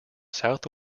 south